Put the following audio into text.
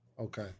Okay